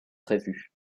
prévu